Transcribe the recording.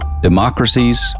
Democracies